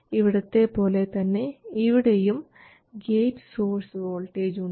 ഇവിടത്തെ പോലെ തന്നെ ഇവിടെയും ഗേറ്റ് സോഴ്സ് വോൾട്ടേജ് ഉണ്ട്